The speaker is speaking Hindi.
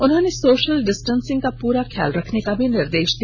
उन्होंने सोशल डिस्टेंसिंग का पूरा ख्याल रखने का निर्देश दिया